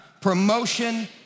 Promotion